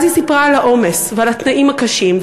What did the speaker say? ואז היא סיפרה על העומס ועל התנאים הקשים,